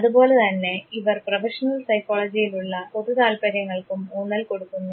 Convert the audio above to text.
അതുപോലെതന്നെ ഇവർ പ്രൊഫഷണൽ സൈക്കോളജിയിലുള്ള പൊതു താൽപര്യങ്ങൾക്കും ഊന്നൽ കൊടുക്കുന്നു